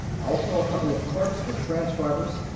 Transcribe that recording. also a couple of clerks with transcribers.